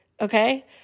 okay